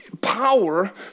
power